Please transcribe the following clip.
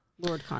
Lord